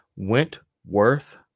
Wentworth